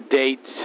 date